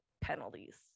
penalties